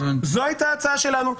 זו הייתה ההצעה שלנו.